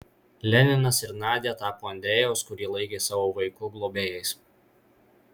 leninas ir nadia tapo andrejaus kurį laikė savo vaiku globėjais